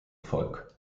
volk